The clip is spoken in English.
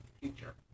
future